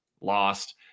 lost